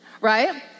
Right